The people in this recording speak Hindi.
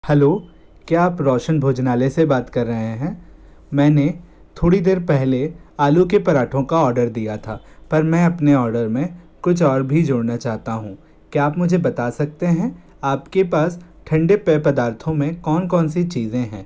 हलो क्या आप रौशन भोजनालय से बात कर रहे हैं मैंने थोड़ी देर पहले आलू के पराठों का ऑर्डर दिया था पर मैं अपने ऑर्डर में कुछ और भी जोड़ना चाहता हूँ क्या आप मुझे बता सकते हैं आपके पास ठंडे पेय पदार्थों में कौन कौन सी चीज़ें हैं